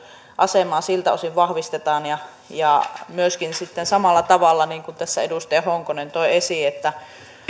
asemaa siltä osin vahvistetaan myöskin samalla tavalla niin kuin tässä edustaja honkonen toi esiin